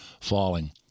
falling